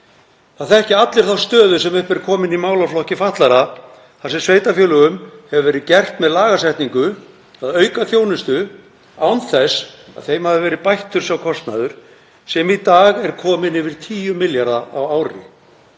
Það þekkja allir þá stöðu sem upp er komin í málaflokki fatlaðra þar sem sveitarfélögum hefur verið gert með lagasetningu að auka þjónustu án þess að þeim hafi verið bættur sá kostnaður sem í dag er kominn yfir 10 milljarða á ári.